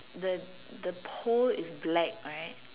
the the pole is black right